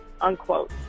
unquote